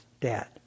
dad